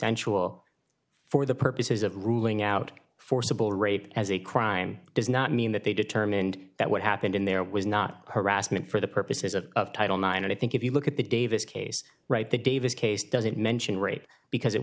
consensual for the purposes of ruling out forcible rape as a crime does not mean that they determined that what happened in there was not harassment for the purposes of title nine and i think if you look at the davis case right the davis case doesn't mention rape because it